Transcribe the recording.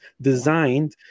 designed